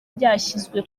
byashyizwe